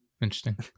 Interesting